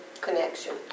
Connection